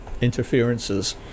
interferences